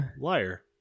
liar